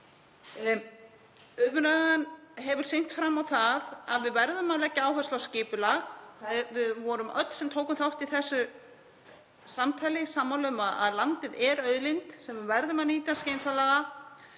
sýnt að við verðum að leggja áherslu á skipulag. Við vorum öll sem tókum þátt í þessu samtali sammála um að landið sé auðlind sem við verðum að nýta skynsamlega.